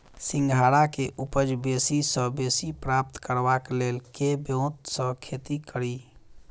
सिंघाड़ा केँ उपज बेसी सऽ बेसी प्राप्त करबाक लेल केँ ब्योंत सऽ खेती कड़ी?